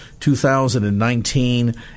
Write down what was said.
2019